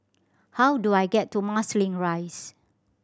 how do I get to Marsiling Rise